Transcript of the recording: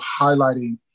highlighting